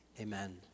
Amen